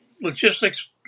logistics